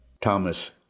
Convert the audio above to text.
Thomas